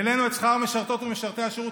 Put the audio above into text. העלינו את שכר המשרתות והמשרתים בשירות